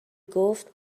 گفت